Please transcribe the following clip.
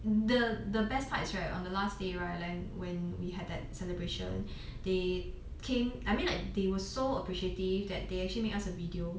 the best part is right on the last day right like when we had that celebration they came I mean like they were so appreciative that they actually make us a video